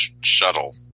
shuttle